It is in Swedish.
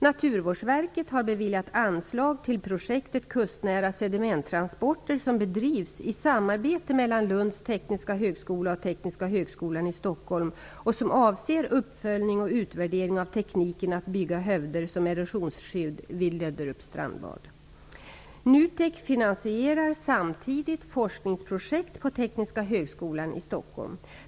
Naturvårdsverket har beviljat anslag till projektet Tekniska högskolan i Stockholm och som avser uppföljning och utvärdering av tekniken att bygga hövder som erosionsskydd vid Löderups strandbad. NUTEK finansierar samtidigt forskningsprojekt på Tekniska högskolan i Stockholm.